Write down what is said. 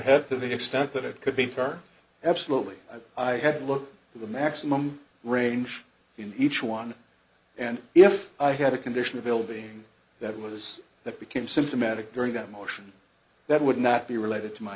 head to the extent that it could be far absolutely i had to look for the maximum range in each one and if i had a condition of ill being that was that became symptomatic during that motion that would not be related to my